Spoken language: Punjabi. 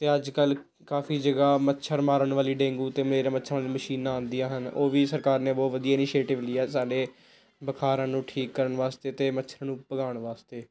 ਅਤੇ ਅੱਜ ਕੱਲ੍ਹ ਕਾਫੀ ਜਗ੍ਹਾ ਮੱਛਰ ਮਾਰਨ ਵਾਲੀ ਡੇਂਗੂ ਅਤੇ ਮੇਰ ਮੱਛਰ ਵਾਲੀਆਂ ਮਸ਼ੀਨਾਂ ਆਉਂਦੀਆਂ ਹਨ ਉਹ ਵੀ ਸਰਕਾਰ ਨੇ ਬਹੁਤ ਵਧੀਆ ਇਨੀਸ਼ੇਟਿਵ ਲਈ ਹੈ ਸਾਡੇ ਬੁਖਾਰਾਂ ਨੂੰ ਠੀਕ ਕਰਨ ਵਾਸਤੇ ਅਤੇ ਮੱਛਰ ਨੂੰ ਭਜਾਉਣ ਵਾਸਤੇ